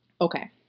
Okay